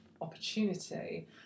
opportunity